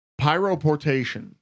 pyroportation